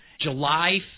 July